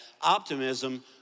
optimism